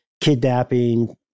kidnapping